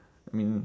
I mean